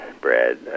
brad